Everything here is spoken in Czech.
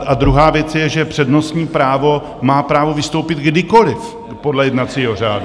A druhá věc je, že přednostní právo má právo vystoupit kdykoliv podle jednacího řádu.